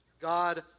God